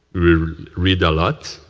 read read a lot.